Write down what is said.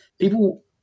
People